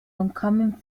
upcoming